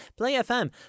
PlayFM